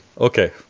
okay